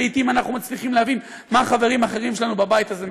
לעתים אנחנו מצליחים להבין מה חברים אחרים שלנו בבית הזה מחוקקים.